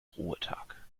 ruhetag